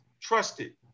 trusted